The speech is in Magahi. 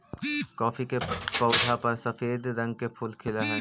कॉफी के पौधा पर सफेद रंग के फूल खिलऽ हई